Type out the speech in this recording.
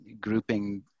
grouping